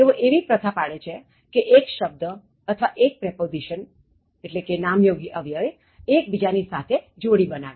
તેઓ એવી પ્રથા પાડે છે કે એક શબ્દ અથવા એક prepositionનામયોગી અવ્યય એક બીજા ની સાથે જોડી બનાવે